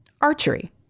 archery